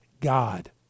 God